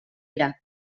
era